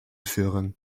führen